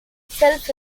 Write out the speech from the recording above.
self